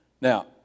Now